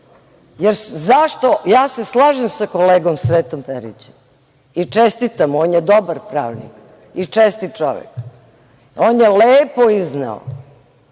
primenjuju. Ja se slažem sa kolegom Sretom Perićem i čestitam mu, on je dobar pravnik i čestit čovek. On je lepo izneo